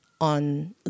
on